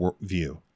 view